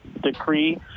decree